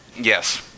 Yes